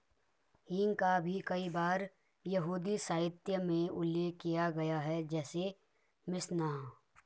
हींग का भी कई बार यहूदी साहित्य में उल्लेख किया गया है, जैसे मिशनाह